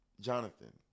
Jonathan